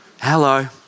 hello